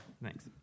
Thanks